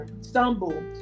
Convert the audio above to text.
stumble